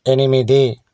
ఎనిమిది